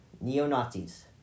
Neo-Nazis